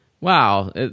wow